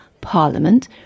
Parliament